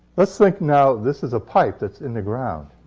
let's think now, this is a pipe that's in the ground.